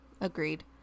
Agreed